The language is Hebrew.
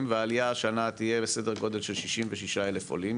והעלייה השנה תהיה בסדר גודל של 66 אלף עולים,